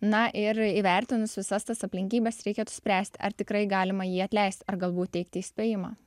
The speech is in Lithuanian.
na ir įvertinus visas tas aplinkybes reikėtų spręsti ar tikrai galima jį atleisti ar galbūt teikti įspėjimą